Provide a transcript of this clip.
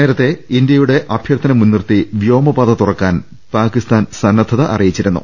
നേരത്തെ ഇന്ത്യയുടെ അഭ്യർഥന മുൻനിർത്തി വ്യോമപാത തുറക്കാൻ പാകിസ്താൻ സന്നദ്ധത അറിയിച്ചിരുന്നു